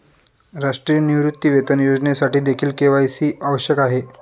राष्ट्रीय निवृत्तीवेतन योजनेसाठीदेखील के.वाय.सी आवश्यक आहे